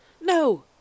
No